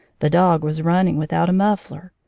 the dog was running without a muffler.